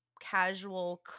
casual